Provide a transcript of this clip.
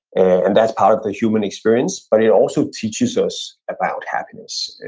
and that's part of the human experience. but it also teaches us about happiness.